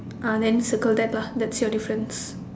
uh then circle that lah that's your difference